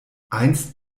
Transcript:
einst